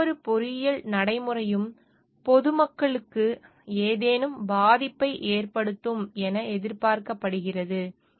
எந்தவொரு பொறியியல் நடைமுறையும் பொதுமக்களுக்கு ஏதேனும் பாதிப்பை ஏற்படுத்தும் என எதிர்பார்க்கப்படுகிறது